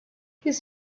his